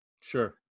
Sure